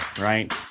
right